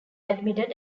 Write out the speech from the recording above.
admitted